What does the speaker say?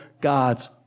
God's